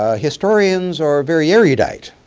ah historians are very erudite.